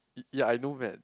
y~ ya I know man